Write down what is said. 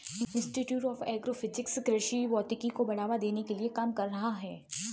institute of agro physics कृषि भौतिकी को बढ़ावा देने के लिए काम कर रहा है